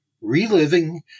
Reliving